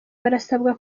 barasabwa